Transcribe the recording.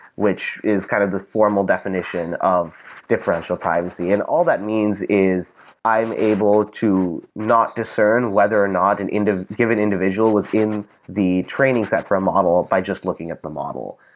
which is kind of the formal definition of differential privacy. and all that means is i'm able to not discern whether or not and and a given individual was in the training set for a model by just looking at the model.